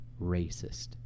racist